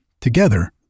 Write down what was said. Together